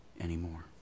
anymore